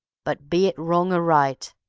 but. be it wrong or right,